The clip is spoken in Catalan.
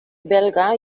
belga